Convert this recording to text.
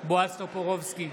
בועז טופורובסקי,